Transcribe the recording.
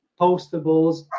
postables